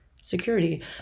security